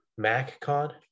MacCon